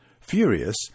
Furious